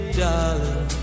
darling